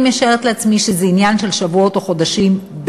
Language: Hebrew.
אני משערת שזה עניין של שבועות או חודשים,